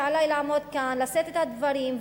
שעלי לעמוד כאן ולשאת את הדברים,